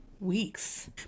weeks